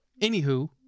Anywho